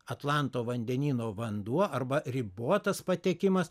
atlanto vandenyno vanduo arba ribotas patekimas